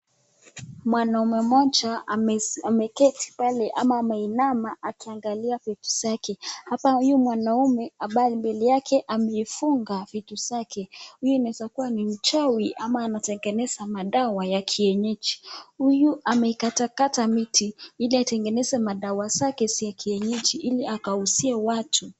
Mwanamme Mmoja ameketi pale ama ameinama akiangalia vitu zake, hapa huyu mwanaume ambaye nywele yake amejifunga vitu zake, Huyu anaweza kuwa ni mchawi ama anatengeneza madawa ya kienyeji, huyu ameikatakata miti hili atengeneze madawa zake za kienyeji hili akawauzie watu